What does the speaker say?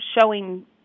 showing